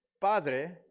Padre